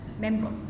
member